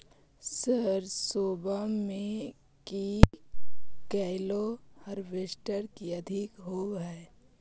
सरसोबा मे की कैलो हारबेसटर की अधिक होब है?